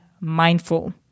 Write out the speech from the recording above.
mindful